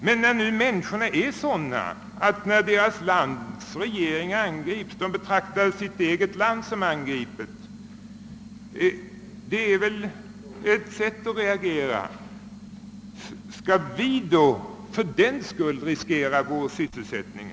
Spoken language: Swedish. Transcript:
Men när nu människorna är sådana att de betraktar sitt eget land som angripet när deras regering angrips — det är ett sätt att reagera — skall vi då fördenskull riskera vår sysselsättning?